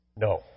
No